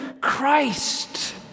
Christ